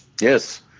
Yes